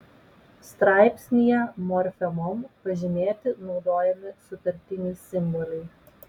straipsnyje morfemom pažymėti naudojami sutartiniai simboliai